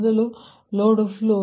ಮೊದಲು load flow